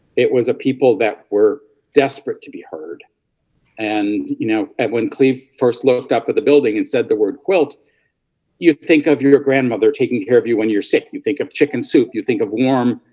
it was a people that were desperate to be heard and you know that when cleve first looked up at the building and said the word quilt you think of your your grandmother taking care of you when you're sick? you think of chicken soup you think of warm?